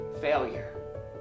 failure